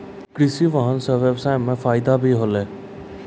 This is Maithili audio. कृषि वाहन सें ब्यबसाय म फायदा भी होलै